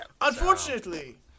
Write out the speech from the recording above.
Unfortunately